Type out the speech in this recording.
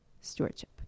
stewardship